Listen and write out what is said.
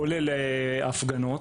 כולל להפגנות,